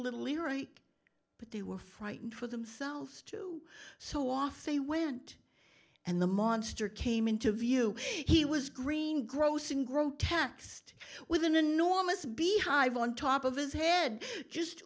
little leery but they were frightened for themselves too so off they went and the monster came into view he was green grossing grow taxed with an enormous beehive on top of his head